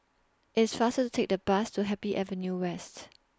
IT IS faster to Take The Bus to Happy Avenue West